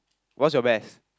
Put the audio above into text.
what's your best